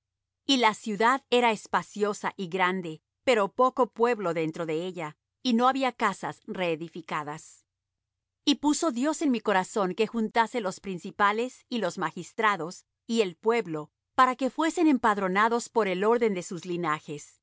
y la ciudad era espaciosa y grande pero poco pueblo dentro de ella y no había casas reedificadas y puso dios en mi corazón que juntase los principales y los magistrados y el pueblo para que fuesen empadronados por el orden de sus linajes